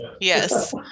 yes